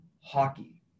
hockey